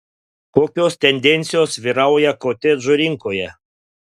kokios tendencijos vyrauja kotedžų rinkoje